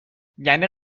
یعنی